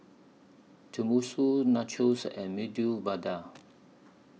Tenmusu Nachos and Medu Vada